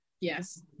Yes